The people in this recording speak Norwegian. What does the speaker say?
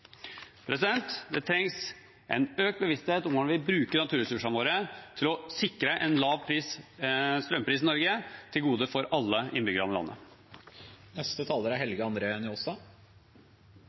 Det trengs en økt bevissthet om hvordan vi bruker naturressursene våre til å sikre en lav strømpris i Norge, til gode for alle innbyggerne i